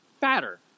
fatter